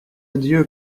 dieu